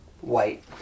white